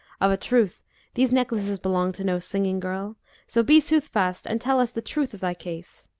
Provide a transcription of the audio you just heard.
of a truth these necklaces belong to no singing-girl so be soothfast and tell us the truth of thy case.